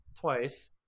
Twice